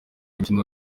imikino